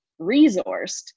resourced